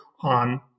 on